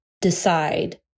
decide